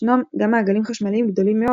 ישנם גם מעגלים חשמליים גדולים מאוד,